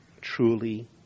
truly